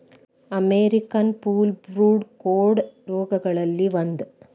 American foulbrood ಕೋಡ ರೋಗಗಳಲ್ಲಿ ಒಂದ